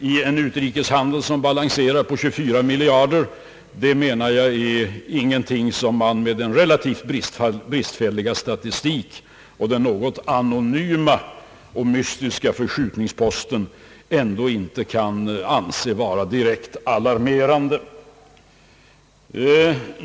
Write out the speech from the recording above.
I en utrikeshandel som balanserar på 24 miljarder kronor kan ett minus av den storleken inte anses vara något direkt alarmerande med hänsyn till den relativt bristfälliga statistiken och den något anonyma och mystiska förskjutningsposten.